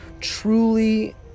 truly